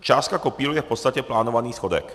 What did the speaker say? Částka kopíruje v podstatě plánovaný schodek.